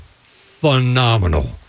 phenomenal